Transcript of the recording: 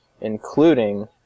including